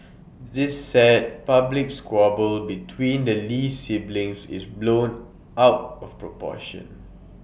this sad public squabble between the lee siblings is blown out of proportion